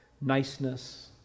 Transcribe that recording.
niceness